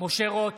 משה רוט,